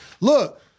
Look